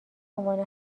عنوان